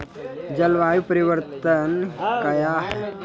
जलवायु परिवर्तन कया हैं?